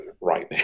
right